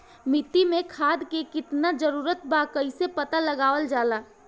माटी मे खाद के कितना जरूरत बा कइसे पता लगावल जाला?